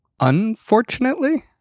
Unfortunately